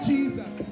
Jesus